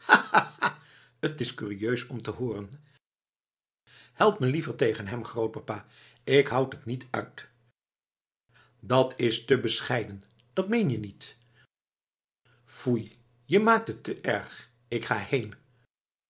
t is curieus om te hooren help me liever tegen hem grootpapa ik houd het niet uit dat's te bescheiden dat meen je niet foei je maakt het te erg ik ga heen